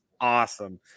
awesome